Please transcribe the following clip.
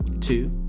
Two